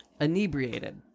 Inebriated